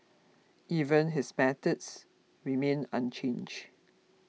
even his methods remain unchanged